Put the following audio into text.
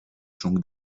ciąg